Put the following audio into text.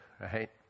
right